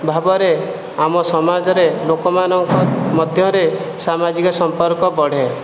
ଭାବରେ ଆମ ସମାଜରେ ଲୋକମାନଙ୍କ ମଧ୍ୟରେ ସାମାଜିକ ସମ୍ପର୍କ ବଢ଼େ